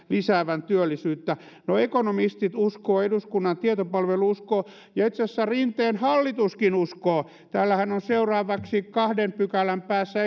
lisäävän työllisyyttä no ekonomistit uskovat eduskunnan tietopalvelu uskoo ja itse asiassa rinteen hallituskin uskoo täällähän on seuraavaksi kahden pykälän päässä